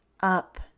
up